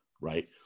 right